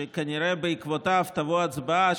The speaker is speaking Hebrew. שכנראה בעקבותיו תבוא הצבעה,